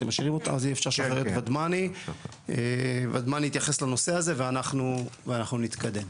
ודמני יתייחס לנושא ואנחנו נתקדם.